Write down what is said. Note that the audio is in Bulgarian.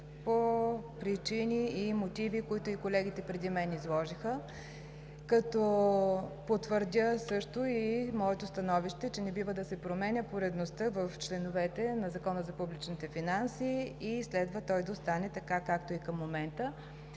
по причини и мотиви, които колегите преди мен изложиха, като потвърдя също и моето становище, че не бива да се променя поредността в членовете на Закона за публичните финанси и той следва да остане така, както е към момента,